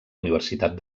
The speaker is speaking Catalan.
universitat